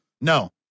No